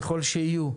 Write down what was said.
ככל שיהיו.